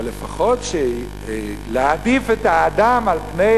אבל לפחות להעדיף את האדם על פני